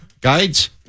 Guides